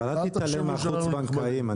אבל אל תתעלם מהחוץ בנקאיים,